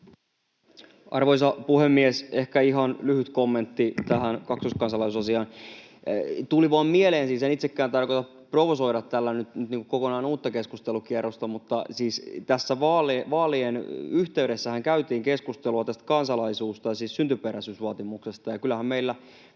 Arvoisa puhemies! Ehkä ihan lyhyt kommentti tähän kaksoiskansalaisuusasiaan. Tuli vain mieleen — siis en itsekään tarkoita provosoida tällä nyt kokonaan uutta keskustelukierrosta — että tässä vaalien yhteydessähän käytiin keskustelua tästä syntyperäisyysvaatimuksesta,